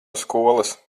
skolas